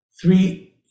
three